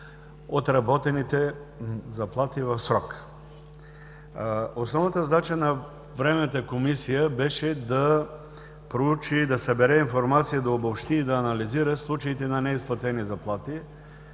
отработените заплати в срок. Основната задача на Временната комисия беше да проучи и събере информация, да обобщи, и да анализира случаите на неизплатени заплати,